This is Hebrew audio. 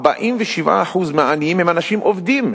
47% מהעניים הם אנשים עובדים,